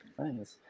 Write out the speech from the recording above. Thanks